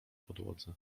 podłodze